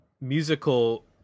musical